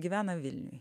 gyvena vilniuj